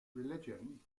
religion